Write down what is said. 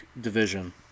division